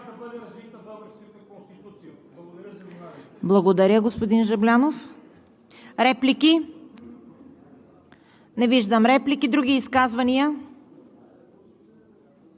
Благодаря, господин Жаблянов. Реплики? Не виждам. Други изказвания?